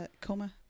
coma